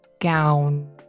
gown